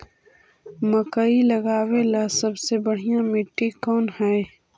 मकई लगावेला सबसे बढ़िया मिट्टी कौन हैइ?